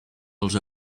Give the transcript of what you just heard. els